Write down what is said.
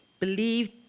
Believe